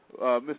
Mr